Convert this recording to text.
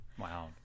wow